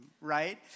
right